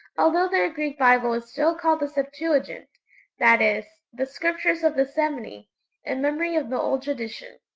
although their greek bible is still called the septuagint' that is, the scriptures of the seventy' in memory of the old tradition.